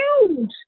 huge